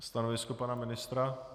Stanovisko pana ministra?